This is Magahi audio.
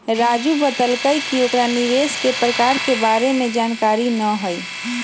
राजू बतलकई कि ओकरा निवेश के प्रकार के बारे में जानकारी न हई